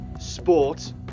sport